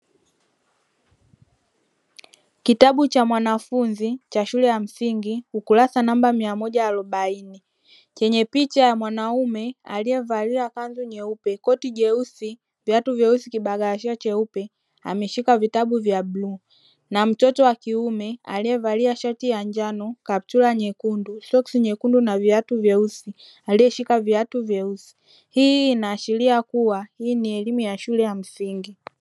Kitabu cha mwanafunzi cha shule ya msingi ukurasa namba mia moja arobaini chenye picha ya mwanaume aliyevalia kanzu nyeupe, koti jeusi, viatu vyeusi, kibaghala sheikh cheupe ameshika vitabu vya bluu na mtoto wa kiume aliyevalia shati ya njano, kaptura nyekundu, soksi nyekundu na viatu vyeusi aliyeshika viatu vyeusi hii inaashiria kuwa hii ni elimu ya shule ya msingi.